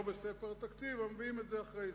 בספר התקציב אבל מביאים את זה אחרי זה,